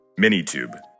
Minitube